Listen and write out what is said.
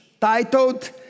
titled